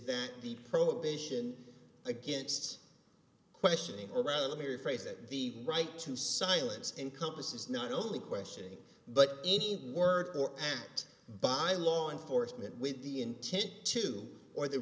that the prohibition against questioning or rather let me rephrase that the right to silence encompasses not only questioning but any word or act by law enforcement with the intent to or the